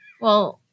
Well-